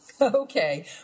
Okay